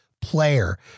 player